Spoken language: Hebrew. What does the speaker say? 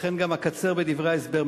לכן גם אקצר בדברי ההסבר.